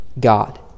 God